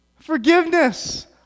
Forgiveness